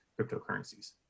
cryptocurrencies